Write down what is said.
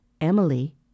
Emily